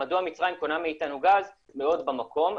מדוע מצרים קונה מאיתנו גז מאוד במקום.